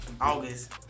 August